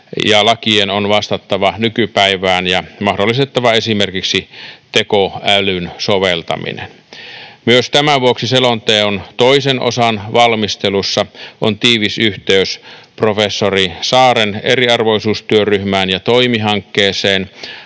ja lakien on vastattava nykypäivään ja mahdollistettava esimerkiksi tekoälyn soveltaminen. Myös tämän vuoksi selonteon toisen osan valmistelussa on tiivis yhteys professori Saaren eriarvoisuustyöryhmään ja Toimi-hankkeeseen.